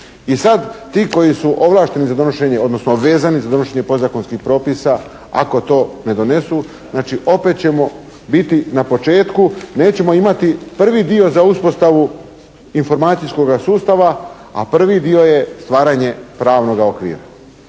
I sad, ti koji su ovlašteni za donošenje odnosno obvezani za donošenje podzakonskih propisa, ako to ne donesu, znači opet ćemo biti na početku. Nećemo imati prvi dio za uspostavu informacijskoga sustava. A prvi dio je stvaranje pravnoga okvira.